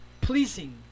pleasing